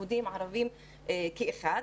יהודים וערבים כאחד.